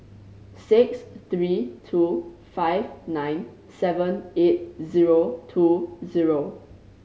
six three two five nine seven eight zero two zero